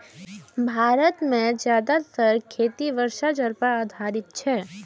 भारत मे जादेतर खेती वर्षा जल पर आधारित छै